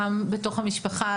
גם בתוך המשפחה,